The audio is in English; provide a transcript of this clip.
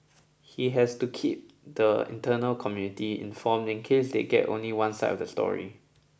he has to keep the internal community informed in case they get only one side of the story